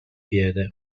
piede